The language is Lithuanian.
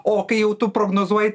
o kai jau tu prognozuoji